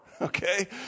okay